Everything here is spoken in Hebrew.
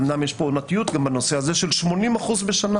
אמנם יש פה גם עונתיות של 80% בשנה.